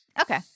Okay